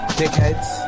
dickheads